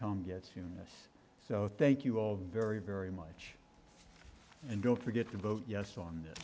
tom gets humus so thank you all very very much and don't forget to vote yes on this